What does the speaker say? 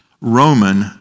Roman